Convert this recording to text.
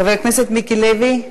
חבר הכנסת מיקי לוי,